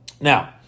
Now